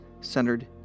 centered